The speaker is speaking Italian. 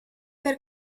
per